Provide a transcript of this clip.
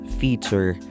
feature